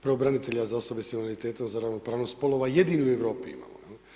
Pravobranitelja za osobe s invaliditetom, za ravnopravnost spolova jedini u Europi imamo.